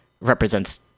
represents